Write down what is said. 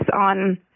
on